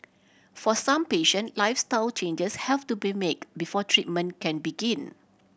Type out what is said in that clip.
for some patient lifestyle changes have to be make before treatment can begin